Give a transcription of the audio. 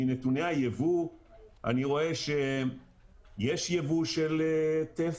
מנתוני היבוא אני רואה שיש יבוא של טף.